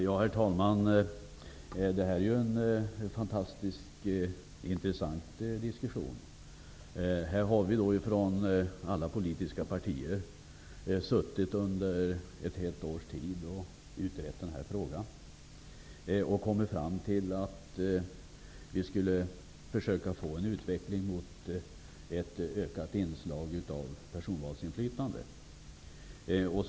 Herr talman! Detta är ju en fantastiskt intressant diskussion. Representanter från alla politiska partier har utrett denna fråga under ett helt års tid och kommit fram till att vi skulle försöka få en utveckling i riktning mot ett ökat inslag av inflytande på personvalet.